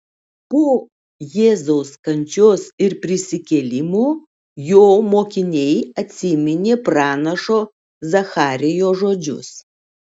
po jėzaus kančios ir prisikėlimo jo mokiniai atsiminė pranašo zacharijo žodžius